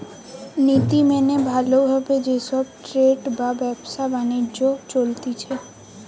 নীতি মেনে ভালো ভাবে যে সব ট্রেড বা ব্যবসা বাণিজ্য চলতিছে